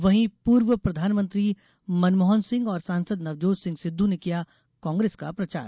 वहीं पूर्व प्रधानमंत्री मनमोहन सिंह और सांसद नवजोत सिंह सिद्ध ने किया कांग्रेस का प्रचार